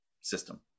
system